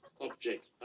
object